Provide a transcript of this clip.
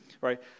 right